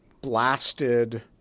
blasted